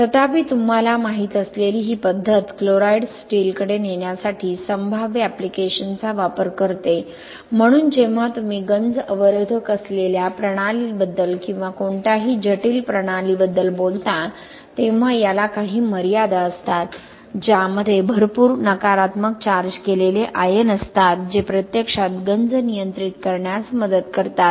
तथापि तुम्हाला माहीत असलेली ही पद्धत क्लोराईड्स स्टीलकडे नेण्यासाठी संभाव्य ऍप्लिकेशनचा वापर करते म्हणून जेव्हा तुम्ही गंज अवरोधक असलेल्या प्रणालींबद्दल किंवा कोणत्याही जटिल प्रणालीबद्दल बोलता तेव्हा याला काही मर्यादा असतात ज्यामध्ये भरपूर नकारात्मक चार्ज केलेले आयन असतात जे प्रत्यक्षात गंज नियंत्रित करण्यास मदत करतात